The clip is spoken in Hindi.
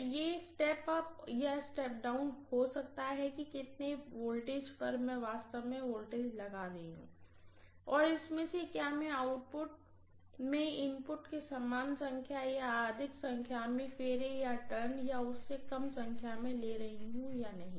तो यह स्टेप अप या स्टेप डाउन हो सकता है कि कितने वोल्टेज पर मैं वास्तव में वोल्टेज लगा लगा रही हूँ और इसमें से क्या मैं आउटपुट में इनपुट के समान संख्या या अधिक संख्या में टर्न या टर्न या उससे कम संख्या ले रही हूँ या नहीं